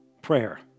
Prayer